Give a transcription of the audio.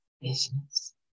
business